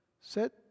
Set